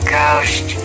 ghost